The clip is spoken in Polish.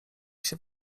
się